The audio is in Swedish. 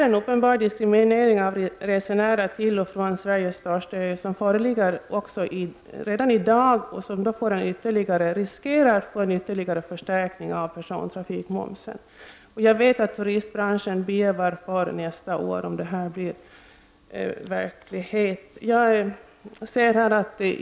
En uppenbar diskriminering av resenärerna till och från Sveriges största ö föreligger redan i dag, och den riskerar att ytterligare förstärkas om persontrafikmoms införs. Jag vet att turistbranschen bävar för att detta skall bli verklighet nästa år.